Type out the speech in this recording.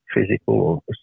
physical